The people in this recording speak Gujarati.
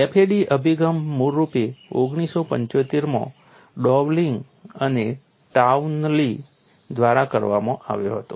FAD અભિગમ મૂળરૂપે 1975 માં ડોવલિંગ અને ટાઉનલી દ્વારા રજૂ કરવામાં આવ્યો હતો